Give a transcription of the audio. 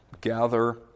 gather